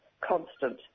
constant